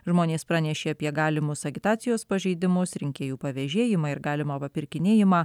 žmonės pranešė apie galimus agitacijos pažeidimus rinkėjų pavėžėjimą ir galimą papirkinėjimą